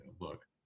look